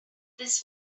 this